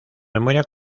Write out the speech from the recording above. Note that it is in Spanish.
memoria